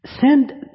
Send